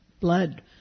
blood